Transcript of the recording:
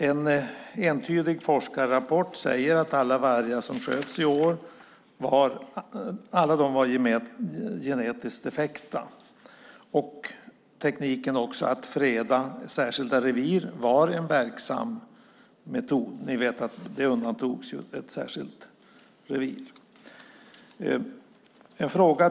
En entydig forskarrapport säger att alla vargar som sköts i år var genetiskt defekta, och tekniken att freda särskilda revir var en verksam metod. Ni vet att ett särskilt revir undantogs.